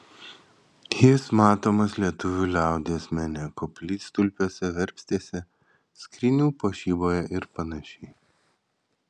jis matomas lietuvių liaudies mene koplytstulpiuose verpstėse skrynių puošyboje ir panašiai